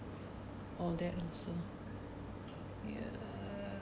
all that lah so